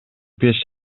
беш